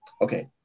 okay